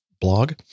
blog